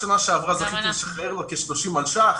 בשנה שעברה זכיתי לשחרר לו כ-30 מיליון שקלים.